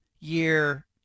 year